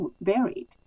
varied